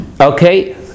Okay